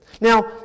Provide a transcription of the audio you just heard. Now